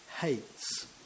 hates